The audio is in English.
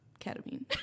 ketamine